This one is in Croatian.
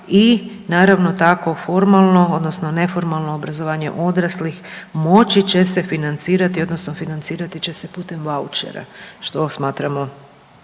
i naravno tako formalno odnosno neformalno obrazovanje odraslih moći će se financirati odnosno financirati će se putem vaučera, što smatramo